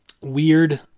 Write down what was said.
weird